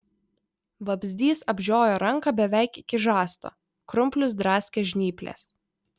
vabzdys apžiojo ranką beveik iki žasto krumplius draskė žnyplės